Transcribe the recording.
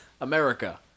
America